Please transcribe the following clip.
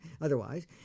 otherwise